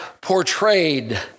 portrayed